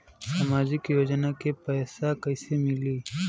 सामाजिक योजना के पैसा कइसे मिली?